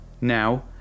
Now